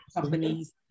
companies